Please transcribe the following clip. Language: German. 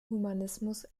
humanismus